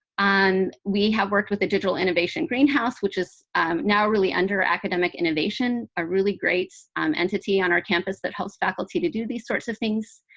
we have worked with the digital innovation greenhouse, which is now really under academic innovation, a really great um entity on our campus that helps faculty to do these sorts of things.